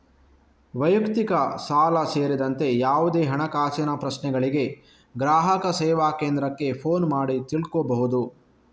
ವೈಯಕ್ತಿಕ ಸಾಲ ಸೇರಿದಂತೆ ಯಾವುದೇ ಹಣಕಾಸಿನ ಪ್ರಶ್ನೆಗಳಿಗೆ ಗ್ರಾಹಕ ಸೇವಾ ಕೇಂದ್ರಕ್ಕೆ ಫೋನು ಮಾಡಿ ತಿಳ್ಕೋಬಹುದು